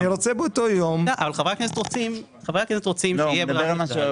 אני רוצה באותו יום --- אבל חברי הכנסת רוצים שיהיה ברירת מחדל.